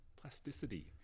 plasticity